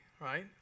right